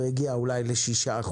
והגיעה אולי ל-6%.